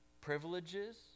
privileges